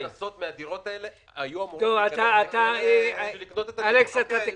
כל ההכנסות מן הדירות האלה היו אמורות ללכת לקניית דירות נוספות.